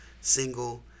single